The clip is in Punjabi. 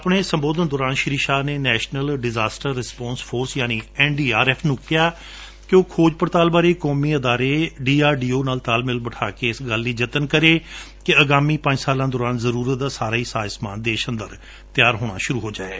ਆਪਣੇ ਸੰਬੋਧਨ ਦੌਰਾਨ ਸ੍ਰੀ ਸ਼ਾਹ ਨੇ ਨੈਸ਼ਨਲ ਡਾਇਰੈਕਟਰ ਰਿਸਪੋਨਸ਼ ਫੋਰਸ ਯਾਨਿ ਐਨ ਡੀ ਆਰ ਐਫ਼ ਨੂੰ ਕਿਹਾ ਕਿ ਉਹ ਖੋਜ ਪੜਤਾਲ ਬਾਰੇ ਕੌਮੀ ਅਦਾਰੇ ਡੀ ਆਰ ਡੀ ਓ ਨਾਲ ਤਾਲਮੇਲ ਬਿਠਾ ਕੇ ਇਸ ਗੱਲ ਲਈ ਜਤਨ ਕਰੇ ਕਿ ਅਗਾਮੀ ਪੰਜ ਸਾਲਾ ਦੌਰਾਨ ਜ਼ਰੁਰਤ ਦਾ ਸਾਰਾ ਸਾਜ਼ ਸਮਾਨ ਦੇਸ਼ ਅੰਦਰ ਹੀ ਤਿਆਰ ਹੋਣ ਲੱਗ ਪਵੇ